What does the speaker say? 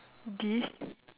diss